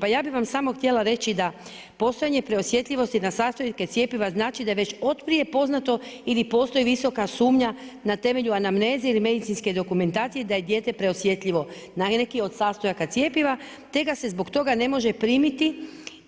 Pa ja bih vam samo htjela reći da postojanje preosjetljivosti na sastojke cjepiva znači da je već otprije poznato ili postoji visoka sumnja na temelju anamneze ili medicinske dokumentacije da je dijete preosjetljivo na neki od sastojaka cjepiva, te ga se zbog toga ne može primiti,